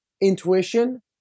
intuition